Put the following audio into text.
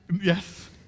yes